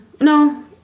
no